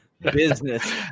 business